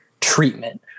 treatment